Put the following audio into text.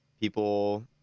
People